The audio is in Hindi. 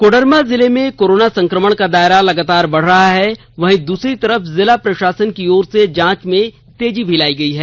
कोडरमा जिले में कोरोना संक्रमण का दायरा लगातार बढ रहा है वहीं दुसरी तरफ जिला प्रशासन की ओर से जांच में तेजी भी लाई गई है